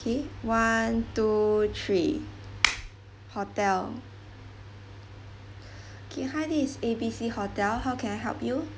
K one two three hotel K hi this is A B C hotel how can I help you